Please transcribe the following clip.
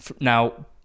Now